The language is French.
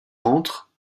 rentre